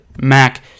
Mac